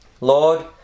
Lord